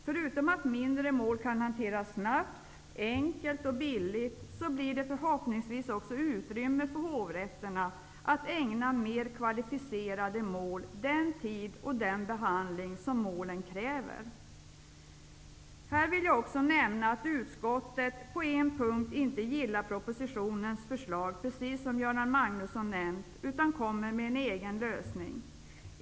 Förutom att mindre mål kan hanteras snabbt, enkelt och billigt blir det förhoppningsvis också utrymme för hovrätterna att ägna mer kvalificerade mål den tid och den behandling som dessa mål kräver. Här vill jag också nämna att utskottet på en punkt inte gillar propositionens förslag, precis som Göran Magnusson nämnt, utan kommer med en egen lösning.